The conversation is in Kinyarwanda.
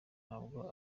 ntabwo